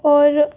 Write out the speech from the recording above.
और